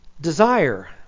desire